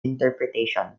interpretation